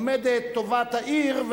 עומדת טובת העיר,